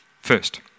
first